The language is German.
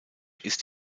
ist